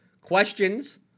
questions